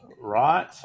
right